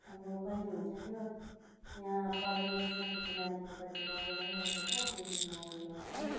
अब कहिले हुन्छ त्यो यहाँ परनिर साथीको नानीको बर्थडेमा बोलाइरहेको छ त्यो दिन म उयो गर्छु